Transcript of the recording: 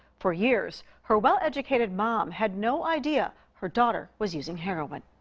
for years, her well-educated mom had no idea her daughter was using heroin.